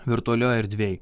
virtualioj erdvėj